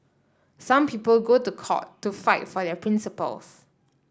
some people go to court to fight for their principles